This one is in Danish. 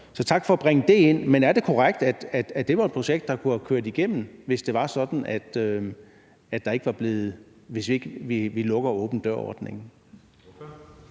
tak for at bringe det ind i debatten. Men er det korrekt, at det var et projekt, der kunne have kørt igennem, hvis det var sådan, at vi ikke lukkede åben dør-ordningen?